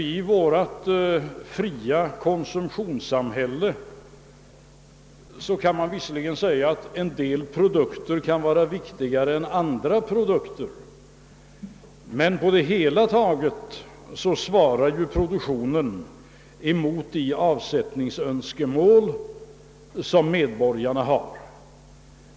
I vårt fria konsumtionssamhälle kan en del produkter visserligen sägas vara viktigare än andra produkter, men på det hela taget svarar produktionen mot medborgarnas önskemål.